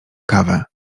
kawę